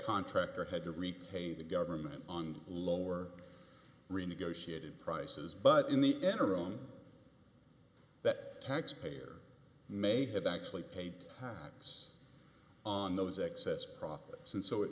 contractor had to repay the government on lower renegotiated prices but in the enron that taxpayers may have actually paid its on those excess profits and so it